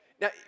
Now